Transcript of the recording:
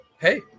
hey